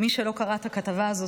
מי שלא קרא את הכתבה הזאת,